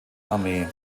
armee